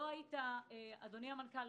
אדוני המנכ"ל,